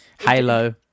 Halo